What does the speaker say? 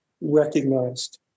recognized